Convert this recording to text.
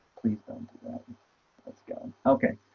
please don't let's go. okay.